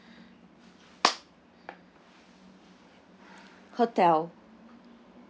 hotel